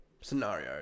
scenario